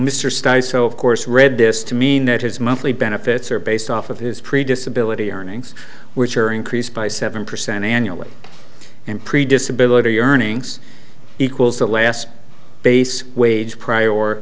studies so of course read this to mean that his monthly benefits are based off of his pre disability earnings which are increased by seven percent annually and previous ability earnings equals the last base wage